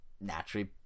naturally